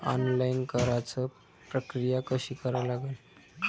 Online कराच प्रक्रिया कशी करा लागन?